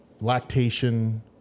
lactation